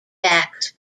backs